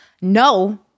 No